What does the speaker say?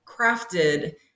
crafted